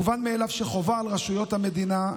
מובן מאליו שחובה על רשויות המדינה,